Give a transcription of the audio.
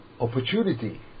opportunity